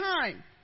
time